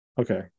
Okay